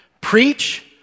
Preach